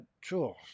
Sure